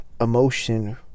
emotion